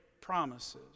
promises